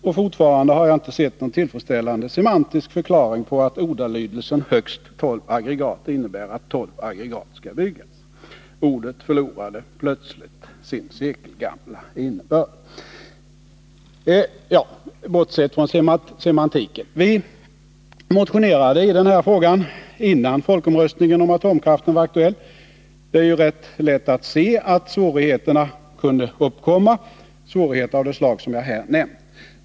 Och fortfarande har jag inte sett någon tillfredsställande semantisk förklaring på att ordalydelsen ”högst 12 aggregat” innebär att 12 aggregat skall byggas. Ordet förlorade plötsligt sin sekelgamla innebörd. Men jag bortser från semantiken. Vi motionerade i den här frågan, innan folkomröstningen om atomkraften var aktuell. Det var ju rätt lätt att se att svårigheter av det slag som jag här nämnt kunde uppkomma.